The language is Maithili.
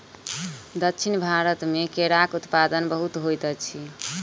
दक्षिण भारत मे केराक उत्पादन बहुत होइत अछि